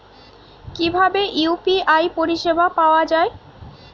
কিভাবে ইউ.পি.আই পরিসেবা পাওয়া য়ায়?